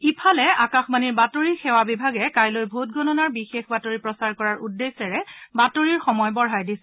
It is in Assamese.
ইফালে আকাশবাণীৰ বাতৰি সেৱা বিভাগে কাইলৈ ভোটগণনাৰ বিশেষ বাতৰি প্ৰচাৰ কৰাৰ উদ্দেশ্যে বাতৰিৰ সময় বঢ়াই দিছে